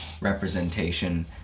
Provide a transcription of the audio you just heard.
representation